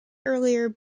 earlier